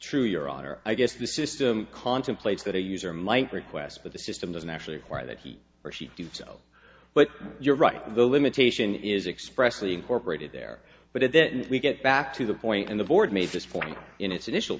true your honor i guess the system contemplates that a user might request but the system doesn't actually require that he or she did so but you're right the limitation is expressly incorporated there but then we get back to the point and the board made this point in its initial